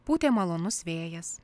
pūtė malonus vėjas